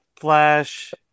Flash